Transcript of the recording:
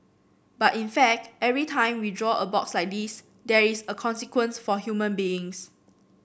but in fact every time we draw a box like this there is a consequence for human beings